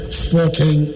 sporting